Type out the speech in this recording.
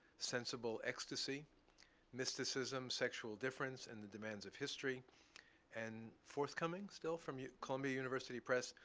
sensible ecstasy mysticism, sexual difference, and the demands of history and forthcoming still from columbia university press,